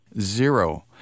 zero